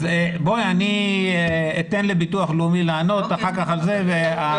אני אתן לביטוח לאומי לענות על זה ואחר כך אמשיך.